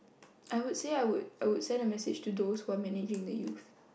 I would say I would I would send a message to those who are messaging the youth